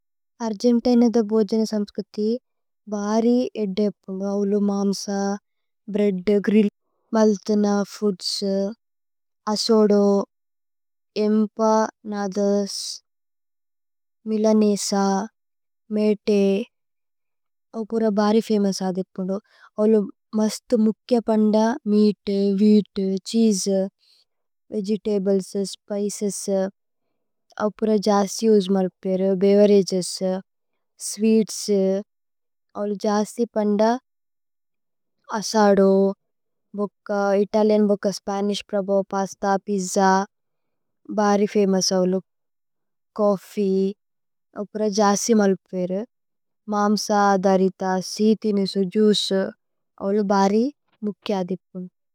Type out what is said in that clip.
അര്ജന്തിനൈധ ബോജന സമ്സ്കതി ബാരി ഏദ്ദേ അപ്പുന്ദു। ഔലു മാമ്സ ബ്രേഅദ്, ഗ്രില്ല്, മലത്ന, ഫൂദ്സ്, അസോദോ। ഏമ്പ, നദസ്, മിലനേസ, മേതേ ഔ പുര ബാരി ഫമോഉസ്। ആദേ അപ്പുന്ദു ഔലു മസ്തു മുക്കേ പന്ദ, meat, wheat. Cheese, vegetables, spices ഔ പുര ജസ്തി ഉജ്മ। അപ്പേരേ। ഭേവേരഗേസ്, സ്വീത്സ്, ഔലു ജസ്തി പന്ദ അസോദോ। ഇതലിഅന്, സ്പനിശ്, പസ്ത, പിജ്ജ, ബാരി ഫമോഉസ് ഔലു। ഛോഫ്ഫീ ഔ പുര ജസ്തി മല് അപ്പേരേ മാമ്സ ധരിഥ। സീഥിനേസു ജുഇചേ ഔലു ബാരി മുക്കേ അദ്ദേ അപ്പുന്ദു।